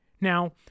Now